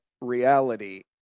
reality